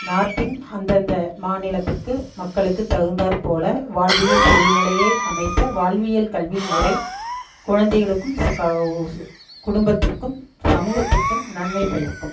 நாட்டின் அந்த அந்த மாநிலத்திற்கு மக்களுக்கு தகுந்தாற் போல வாழ்வியல் சூழ்நிலையை அமைத்த வாழ்வியல் கல்விமுறை குழந்தைகளுக்கும் ஸ் கௌ சு குடும்பத்திற்கும் சமூகத்திற்கும் நன்மை பயக்கும்